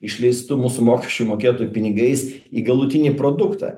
išleistų mūsų mokesčių mokėtojų pinigais į galutinį produktą